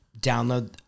download